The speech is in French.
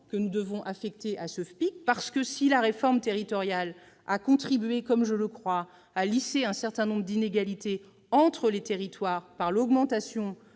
qui doit être affecté au FPIC, car, si la réforme territoriale a contribué, comme je le crois, à lisser un certain nombre d'inégalités entre les territoires par l'augmentation